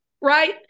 right